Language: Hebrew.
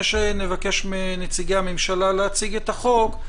שנבקש מנציגי הממשלה להציג את החוק.